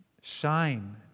Shine